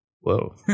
whoa